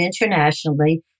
internationally